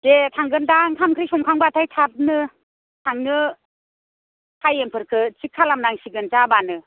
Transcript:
दे थांगोन दा ओंखाम ओंख्रि संखांब्लाथाय थाबनो थांनो टाइमफोरखौ थिख खालामनांसिगोन जाब्लानो